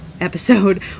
episode